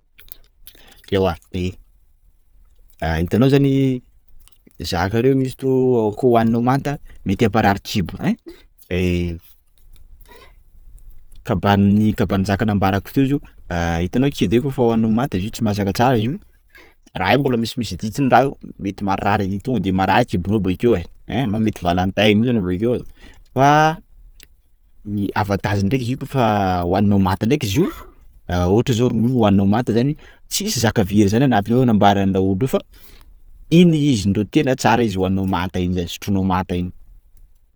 Ewa Hitanao zany, zaka reo iz- trop koa hoaninao manta mety hamparary kibo, ein! kabarin'ny kabarin-jaka nambarako teo zao: hitanao kida io kôfa hohaninao manta izy io tsy masaka tsara izy io, raha io mbola misimisy ditiny raha io mety marary, to de mety marary kibonao bakeo ein! mety valan-tay mintsy anao bakeo ein! fa ny avantageny ndreka izy io koafa hohaninao manta ndreka izy io; ohatra zao hoe ronono hoaninao manta zany, tsisy zaka very zany anatiny ao nambaran'ny laolo fa, iny izy ndreo tena tsara izy hoaninao manta zay s- sotronao manta iny.